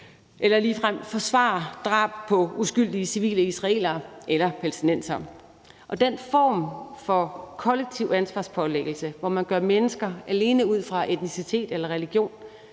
ligefrem forsvare drab på uskyldige civile israelere eller palæstinensere. Og den form for kollektiv ansvarspålæggelse, hvor man alene ud fra etnicitet eller religion